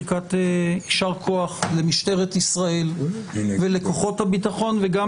ברכת יישר כוח למשטרת ישראל ולכוחות הביטחון וגם